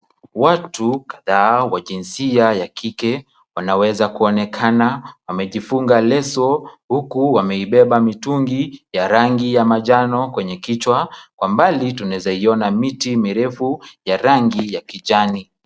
Watu kadhaa wa jinsia ya kike wanaweza kuonekana, wamejifunga leso huku wameibeba mitungi ya rangi ya manjano kwenye kichwa. Kwa mbali tunaweza iona miti mirefu ya rangi ya kijani.